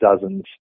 dozens